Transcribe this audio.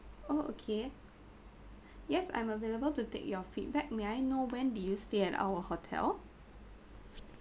oh okay yes I'm available to take your feedback may I know when did you stay at our hotel